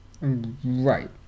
Right